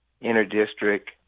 inter-district